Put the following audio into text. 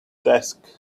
desk